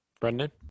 Brendan